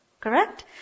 Correct